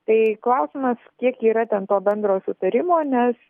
tai klausimas kiek yra ten bendro sutarimo nes